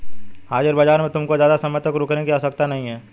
हाजिर बाजार में तुमको ज़्यादा समय तक रुकने की आवश्यकता नहीं है